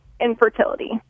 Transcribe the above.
infertility